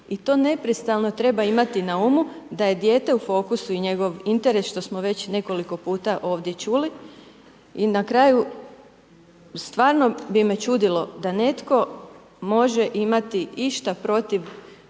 i to neprestano treba imati na umu da je dijete u fokusu i njegov interes što smo već nekoliko puta ovdje čuli. I na kraju, stvarno bi me čudilo da netko može imati išta protiv